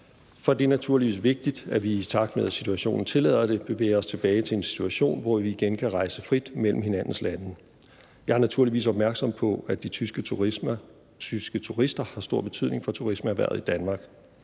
for det er naturligvis vigtigt, at vi, i takt med situationen tillader det, bevæger os tilbage til en situation, hvor vi igen kan rejse frit mellem hinandens lande. Jeg er naturligvis opmærksom på, at de tyske turister har stor betydning for turismeerhvervet i Danmark,